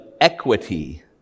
equity